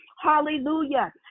hallelujah